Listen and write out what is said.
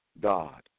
God